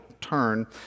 turn